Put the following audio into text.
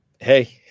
Hey